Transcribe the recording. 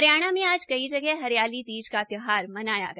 हरियाणा मे आज कई जगह हरियाली तीज का त्यौहार मनाया गया